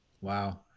Wow